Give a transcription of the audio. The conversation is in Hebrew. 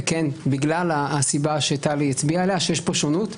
וכן, בגלל הסיבה שטלי הצביעה עליה, שיש פה שונות.